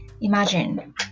imagine